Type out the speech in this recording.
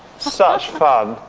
such fun.